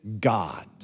God